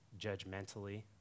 judgmentally